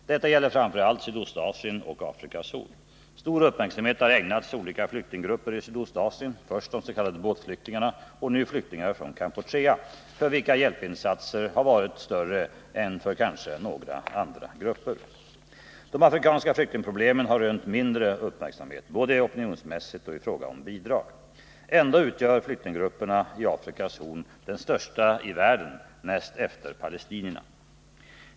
Detta gäller framför allt Sydostasien och Afrikas horn. Stor uppmärksamhet har ägnats olika flyktinggrupper i Sydostasien, först des.k. båtflyktingarna och nu flyktingar från Kampuchea, för vilka hjälpsatsningarna har varit större än för kanske några andra grupper. De afrikanska flyktingproblemen har rönt mindre uppmärksamhet, både opinionsmässigt och i fråga om bidrag. Ändå utgör flyktinggrupperna i Afrikas horn de största i världen näst efter palestinierna.